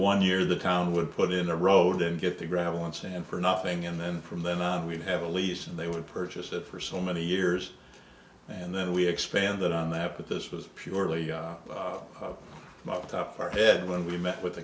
one year the town would put in the road and get the gravel and sand for nothing and then from then on we have a lease and they would purchase it for so many years and then we expanded on that but this was purely marked off our head when we met with